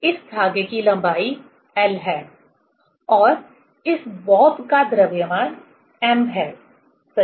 इस धागे की लंबाई L है और इस बॉब का द्रव्यमान m है सही